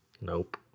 nope